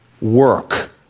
work